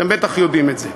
אתם בטח יודעים את זה.